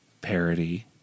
parody